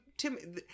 Tim